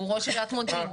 הוא ראש עיריית מודיעין.